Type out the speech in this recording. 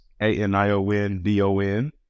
A-N-I-O-N-D-O-N